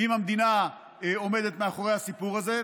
אם המדינה עומדת מאחורי הסיפור הזה,